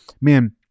man